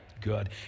good